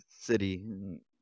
city